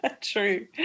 True